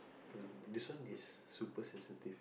this one is super sensitive